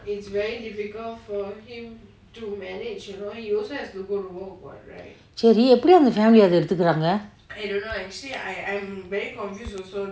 சேரி எப்படி அந்தே:ceri eppati ante family அதே எதுத்துகிறங்கே:ate etuttukiranke